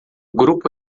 grupo